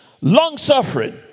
long-suffering